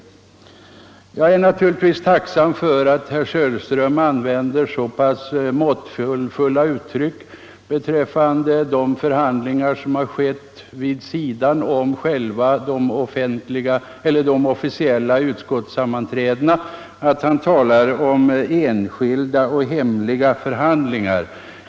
Jag är naturligtvis tacksam för att herr Söderström använder så pass måttfulla uttryck beträffande de förhandlingar som ägt rum vid sidan av de officiella utskottssammanträdena, att han talar om enskilda och hemliga förhandlingar.